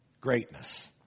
greatness